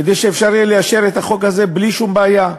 כדי שאפשר יהיה לאשר את החוק הזה בלי שום בעיה.